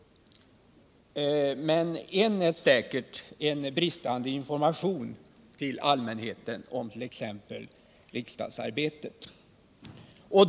En är säkert bristande information tili allmänheten om riksdagsarbetet.